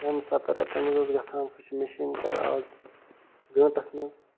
شیٚن سَتن ریٚتَن منٛز ٲس گژھان سۅ چھِ میٚشیٖن کران اَز گٲنٹَس منٛز